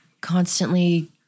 constantly